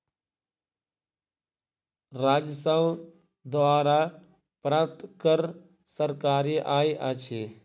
राजस्व द्वारा प्राप्त कर सरकारी आय अछि